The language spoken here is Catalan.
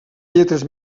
lletres